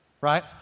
right